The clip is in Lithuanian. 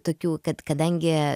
tokių kad kadangi